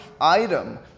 item